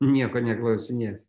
nieko neklausinės